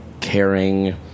caring